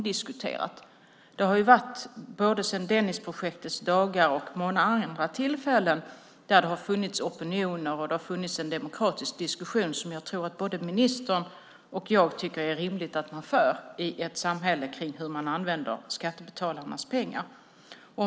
Det har sedan Dennisprojektets dagar funnits många opinioner och demokratiska diskussioner som jag tror att ministern liksom jag tycker är rimliga att föra i samhället. Det handlar om hur skattebetalarnas pengar används.